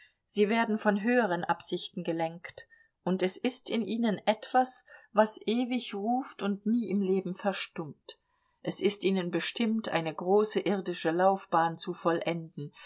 sie werden von höheren absichten gelenkt und es ist in ihnen etwas was ewig ruft und nie im leben verstummt es ist ihnen bestimmt eine große irdische laufbahn zu vollenden